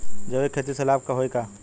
जैविक खेती से लाभ होई का?